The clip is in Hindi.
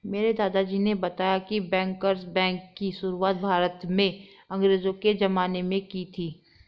मेरे दादाजी ने बताया की बैंकर्स बैंक की शुरुआत भारत में अंग्रेज़ो के ज़माने में की थी